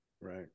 Right